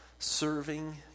serving